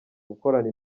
gukorana